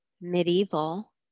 medieval